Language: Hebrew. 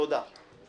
תודה.